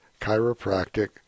Chiropractic